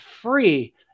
free